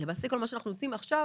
למעשה כל מה שאנחנו עושים עכשיו